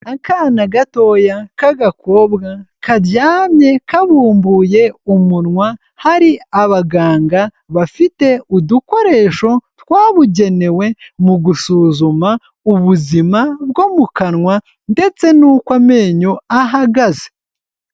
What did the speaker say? Akana gatoya k'agakobwa karyamye kabumbuye umunwa, hari abaganga bafite udukoresho twabugenewe mu gusuzuma ubuzima bwo mu kanwa ndetse n'uko amenyo ahagaze.